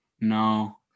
no